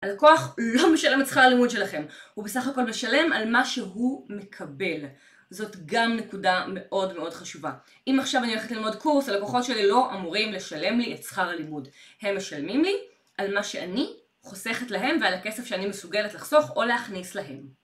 הלקוח לא משלם את שכר הלימוד שלכם, הוא בסך הכל משלם על מה שהוא מקבל, זאת גם נקודה מאוד מאוד חשובה. אם עכשיו אני הולכת ללמוד קורס, הלקוחות שלי לא אמורים לשלם לי את שכר הלימוד, הם משלמים לי על מה שאני חוסכת להם ועל הכסף שאני מסוגלת לחסוך או להכניס להם.